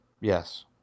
Yes